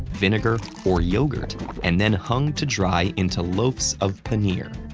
vinegar, or yogurt and then hung to dry into loafs of paneer.